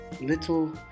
Little